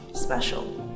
special